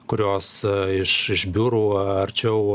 kurios iš iš biurų arčiau